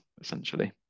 essentially